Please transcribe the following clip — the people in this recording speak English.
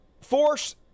force